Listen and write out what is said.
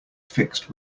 fixed